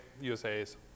USA's